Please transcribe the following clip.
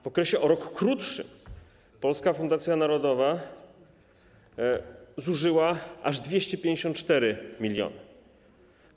W okresie o rok krótszym Polska Fundacja Narodowa zużyła aż 254 mln zł.